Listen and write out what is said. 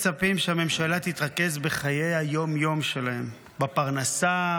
האזרחים מצפים שהממשלה תתרכז בחיי היום-יום שלהם: בפרנסה,